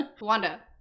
Wanda